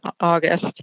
August